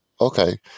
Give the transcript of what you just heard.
okay